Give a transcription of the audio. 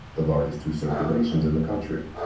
the largest two circulations in the country.